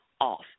off